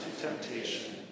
temptation